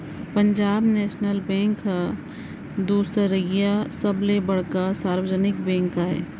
Punjab national bank ह दुसरइया सबले बड़का सार्वजनिक बेंक आय